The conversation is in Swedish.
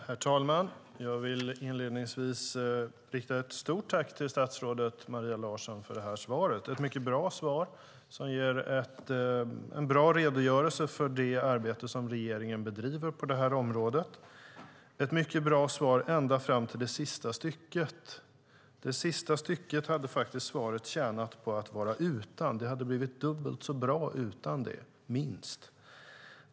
Herr talman! Jag vill inledningsvis rikta ett stort tack till statsrådet Maria Larsson för svaret. Det är ett mycket bra svar som ger en bra redogörelse för det arbete regeringen bedriver på detta område. Det är ett mycket bra svar ända fram till det sista stycket. Det sista stycket hade svaret faktiskt tjänat på att vara utan. Det hade blivit dubbelt så bra utan det - minst.